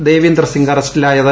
ദേവീന്ദർ സിംഗ് അറസ്റ്റിലായത്